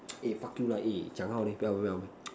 eh fuck you lah eh 讲好好:Jiang Hao hao leh 不要不要:Bu Yao bu yao